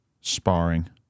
sparring